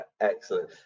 Excellent